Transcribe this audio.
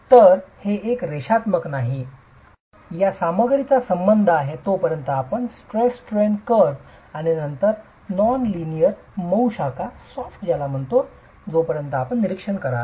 तर हे एक रेषात्मक नाही या सामग्रीचा संबंध आहे तोपर्यंत आपण स्ट्रेस स्ट्रेन वक्र आणि नॉन लीनेअर मऊ शाखा जोपर्यंत आपण निरीक्षण कराल